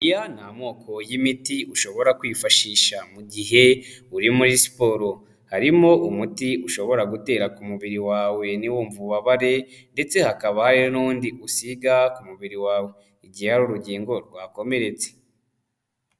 Aya ni amoko y'imiti ushobora kwifashisha, mu mu gihe uri muri siporo, harimo umuti ushobora gutera ku mubiri wawe ntiwumve ububabare, ndetse hakaba hari n'undi usiga ku mubiri wawe igihe hari urugingo rwakomeretse.